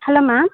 hello ma'am